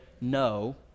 no